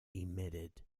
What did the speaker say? emitted